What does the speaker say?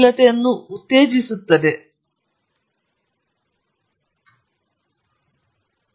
ನಾನು ಹೊಂದಿರುವೆ ಎಂದು ನಾನು ಭಾವಿಸುತ್ತೇನೆ ಹೌದು ಯೂನಿವರ್ಸಿಟಿ ಸಂಶೋಧನಾ ಉದ್ಯಾನ ಮೂಲತಃ ನಾವು ಇಲ್ಲಿ ಮಾಡಿದಂತೆಯೇ ಕ್ಯಾಂಪಸ್ ಬಳಿ ಆಸ್ತಿ ಆಧಾರಿತ ಉದ್ಯಮವಾಗಿದೆ